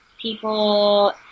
people